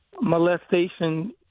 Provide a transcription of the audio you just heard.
molestation